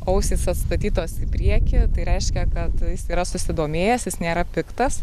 ausys atstatytos į priekį tai reiškia kad jis yra susidomėjęs jis nėra piktas